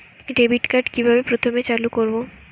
Debit card কিভাবে প্রথমে চালু করব?